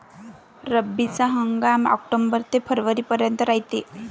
रब्बीचा हंगाम आक्टोबर ते फरवरीपर्यंत रायते